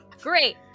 Great